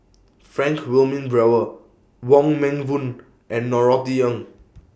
Frank Wilmin Brewer Wong Meng Voon and Norothy Ng